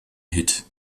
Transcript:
hit